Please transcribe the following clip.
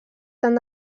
tant